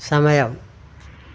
സമയം